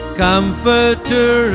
comforter